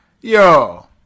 Yo